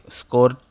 score